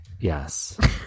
Yes